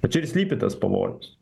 va čia ir slypi tas pavojus